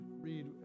read